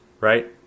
right